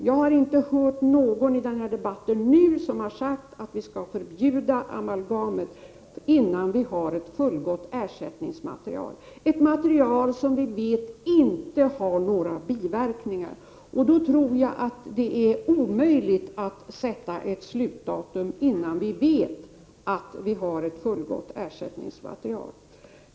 Jag har inte hört någon i den här debatten säga att vi skall förbjuda amalgamet innan vi har ett fullgott ersättningsmaterial, ett material som vi vet inte har några biverkningar. Då tror jag det är omöjligt att sätta ett slutdatum innan vi vet att vi har ett sådant ersättningsmaterial.